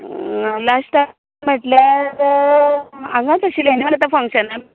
अ लास्टाक म्हटल्यार आंगात अशी फंकशनां